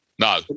No